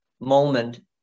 moment